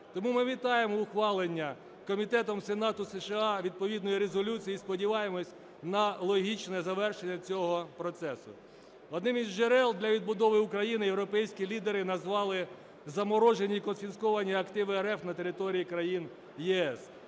Тому ми вітаємо ухвалення комітетом Сенату США відповідної резолюції і сподіваємося на логічне завершення цього процесу. Одним із джерел для відбудови України європейські лідери назвали заморожені і конфісковані активи РФ на території країн ЄС.